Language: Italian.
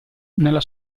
nella